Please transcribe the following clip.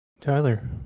tyler